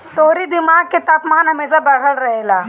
तोहरी दिमाग के तापमान हमेशा बढ़ल रहेला